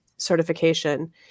certification